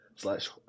slash